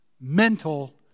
mental